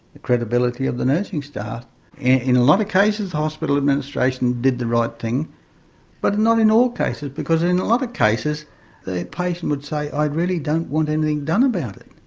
the credibility of the nursing in a lot of cases the hospital administration did the right thing but not in all cases because in a lot of cases the patient would say i really don't want anything done about it.